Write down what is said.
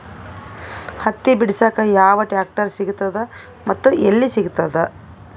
ಹತ್ತಿ ಬಿಡಸಕ್ ಯಾವ ಟ್ರಾಕ್ಟರ್ ಸಿಗತದ ಮತ್ತು ಎಲ್ಲಿ ಸಿಗತದ?